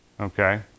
Okay